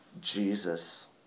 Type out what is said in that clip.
Jesus